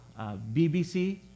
BBC